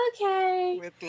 okay